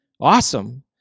awesome